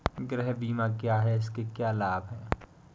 गृह बीमा क्या है इसके क्या लाभ हैं?